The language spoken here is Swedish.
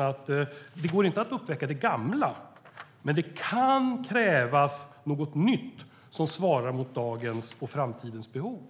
att det inte går att uppväcka det gamla, inser att det kan krävas något nytt som svarar mot dagens och framtidens behov.